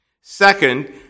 Second